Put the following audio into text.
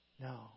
No